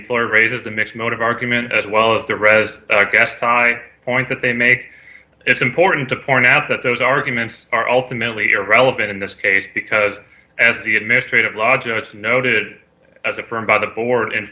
employer raises the mixed mode of argument as well as the rest point that they make it's important to point out that those arguments are ultimately irrelevant in this case because as the administrative law just noted as affirmed by the board